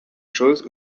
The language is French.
chose